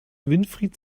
winfried